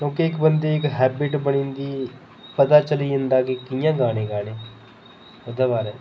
क्योंकि इक बंदे दी हैबिट बनी जंदी पता चली जंदा कि कि'यां गाने गाने ओह्दे बारे च